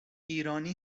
ایرانی